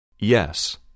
Yes